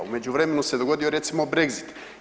U međuvremenu se dogodio recimo brexit.